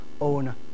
own